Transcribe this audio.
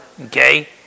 Okay